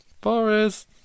Boris